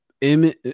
image